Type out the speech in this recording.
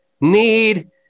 need